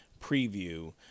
preview